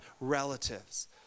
relatives